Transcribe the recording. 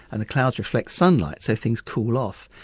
and the clouds reflect sunlight so things cool off.